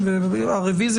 התקבלה.